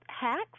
hacks